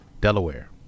Delaware